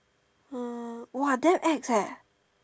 uh !wah! damn ex eh